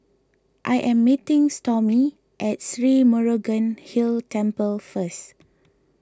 I am meeting Stormy at Sri Murugan Hill Temple first